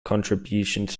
contributions